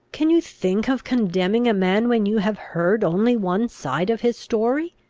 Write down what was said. can you think of condemning a man when you have heard only one side of his story?